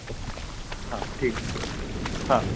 हा ठीकु हा